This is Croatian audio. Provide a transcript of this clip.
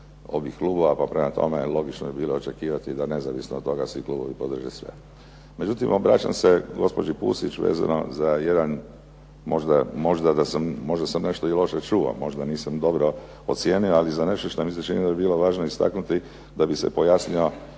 ovih klubova, pa prema tome logično bi bilo očekivati da nezavisno od toga svi klubovi podrže sve. Međutim, obraćam se gospođi Pusić za jedan, možda sam nešto i loše čuo, možda nisam dobro ocijenio, ali za nešto što mi se čini da bi bilo važno istaknuti, da bi se pojasnila